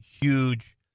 huge